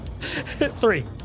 three